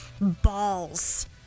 balls